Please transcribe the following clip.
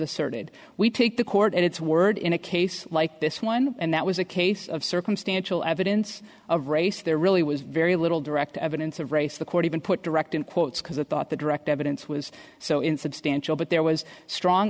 asserted we take the court at its word in a case like this one and that was a case of circumstantial evidence of race there really was very little direct evidence of race the court even put direct in quotes because i thought the direct evidence was so insubstantial but there was strong